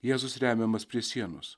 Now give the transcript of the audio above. jėzus remiamas prie sienos